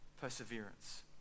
perseverance